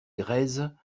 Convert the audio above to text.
grèzes